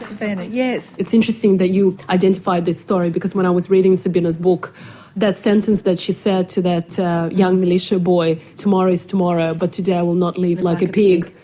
and it's interesting that you identify that story because when i was reading sabina's book that sentence that she said to that young militia boy. tomorrow is tomorrow, but today i will not live like a pig.